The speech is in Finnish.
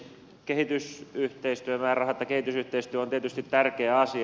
kehitysyhteistyömäärärahat ja kehitysyhteistyö ovat tietysti tärkeä asia